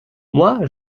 moi